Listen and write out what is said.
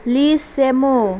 ꯂꯤꯁ ꯁꯦꯝꯃꯨ